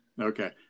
Okay